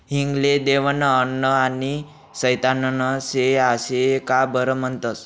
हिंग ले देवनं अन्न आनी सैताननं शेन आशे का बरं म्हनतंस?